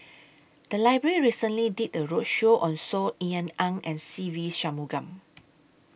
The Library recently did A roadshow on Saw Ean Ang and Se Ve Shanmugam